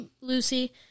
Lucy